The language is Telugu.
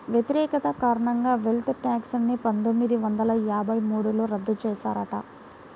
వ్యతిరేకత కారణంగా వెల్త్ ట్యాక్స్ ని పందొమ్మిది వందల యాభై మూడులో రద్దు చేశారట